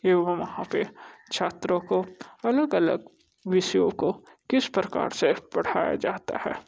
एवं वहाँ पर छात्रों को अलग अलग विषयों को किस प्रकार से पढ़ाया जाता है